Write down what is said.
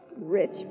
Rich